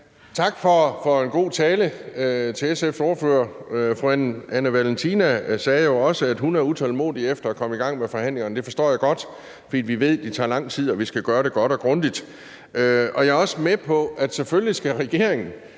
for en god tale. Fru Anne Valentina Berthelsen sagde jo også, at hun er utålmodig efter at komme i gang med forhandlingerne. Det forstår jeg godt, fordi vi ved, de tager lang tid, og vi skal gøre det godt og grundigt. Jeg er også med på, at selvfølgelig skal regeringen